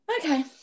Okay